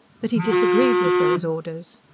but he disagreed with those orders.